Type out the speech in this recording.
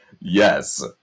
yes